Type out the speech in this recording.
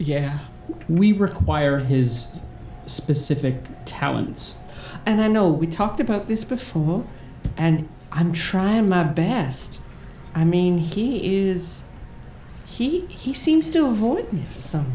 yeah we require his specific talents and i know we talked about this before and i'm trying my best i mean he is he he seems to avo